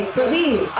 believe